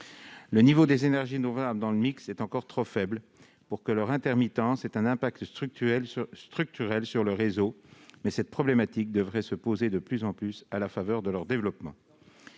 Le niveau de ces dernières dans le mix est encore trop faible pour que leur intermittence ait un impact structurel sur le réseau, mais cette problématique devrait se présenter de plus en plus régulièrement à la faveur de leur développement.